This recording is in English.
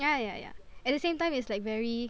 ya ya ya at the same time it's like very